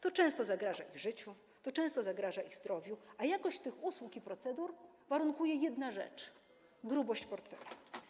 To często zagraża ich życiu, to często zagraża ich zdrowiu, a jakość tych usług i procedur warunkuje jedna rzecz: grubość portfela.